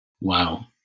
Wow